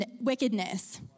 wickedness